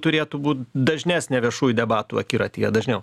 turėtų būt dažnesnė viešųjų debatų akiratyje dažniau